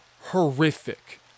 horrific